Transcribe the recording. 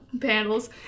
panels